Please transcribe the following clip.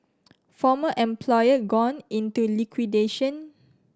former employer gone into liquidation